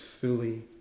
fully